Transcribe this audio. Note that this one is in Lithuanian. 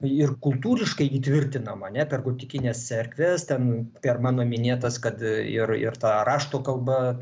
ir kultūriškai įtvirtinama ane per gotikines cerkves ten per mano minėtas kad ir ir ta rašto kalba